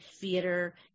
theater